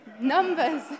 Numbers